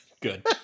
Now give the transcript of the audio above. Good